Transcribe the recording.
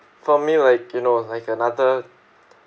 for me like you know it's like another